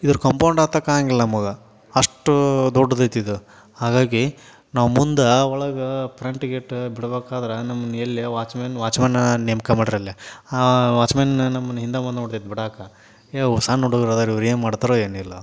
ಇದ್ರ ಕಂಪೌಂಡ್ ಹತ್ತೋಕ್ಕಾಗಂಗಿಲ್ಲ ಮಗ ಅಷ್ಟು ದೊಡ್ಡದೈತಿ ಇದು ಹಾಗಾಗಿ ನಾವು ಮುಂದೆ ಒಳಗೆ ಫ್ರಂಟ್ ಗೇಟ ಬಿಡ್ಬೇಕಾದ್ರ ನಮ್ನ ಎಲ್ಲಿ ವಾಚ್ಮೆನ್ ವಾಚ್ಮನ್ನ ನೇಮಕ ಮಾಡ್ರ್ ಅಲ್ಲಿ ಆ ವಾಚ್ಮನ್ ನಮ್ಮನ್ನು ಹಿಂದೆ ಮುಂದೆ ನೋಡ್ತಿದ್ದ ಬಿಡಕ್ಕೆ ಏಯ್ ಅವ್ರ್ ಸಣ್ಣ ಹುಡುಗ್ರು ಇದ್ದಾರ್ ಇವ್ರು ಏನು ಮಾಡ್ತಾರೋ ಏನಿಲ್ವೋ